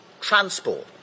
transport